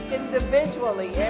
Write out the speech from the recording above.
individually